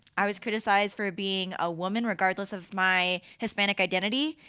i was criticized for being a woman regardless of my hispanic identity.